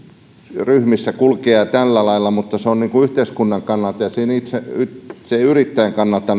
ryhmissä kulkea tällä lailla mutta se on yhteiskunnan kannalta ja sen yrittäjän kannalta